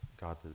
God